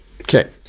Okay